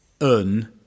un